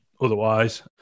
otherwise